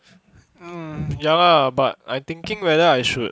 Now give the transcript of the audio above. um ya lah but I thinking whether I should